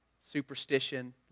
Superstition